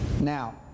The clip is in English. Now